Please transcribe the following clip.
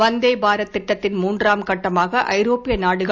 வந்தே பாரத் திட்டத்தின் மூன்றாம் கட்டமாக ஐரோப்பிய நாடுகள்